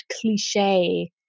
cliche